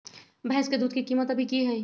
भैंस के दूध के कीमत अभी की हई?